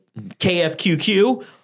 KFQQ